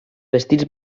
vestits